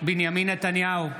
בנימין נתניהו,